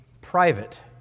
private